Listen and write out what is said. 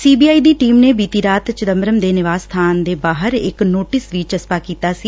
C B I ਦੀ team ਨੇ ਬੀਡੀ ਰਾਤ ਚਿਦੰਬਰਮ ਦੇ ਨਿਵਾਸ ਸਬਾਨ ਦੇ ਬਹਾਰ ਇਕ ਨੋਟਿਸ ਵੀ ਚਸਪਾ ਕੀਤਾ ਸੀ